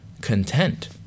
content